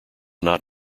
not